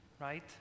right